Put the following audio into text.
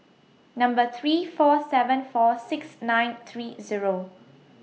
Number three four seven four six nine three Zero